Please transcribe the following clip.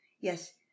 yes